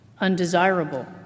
undesirable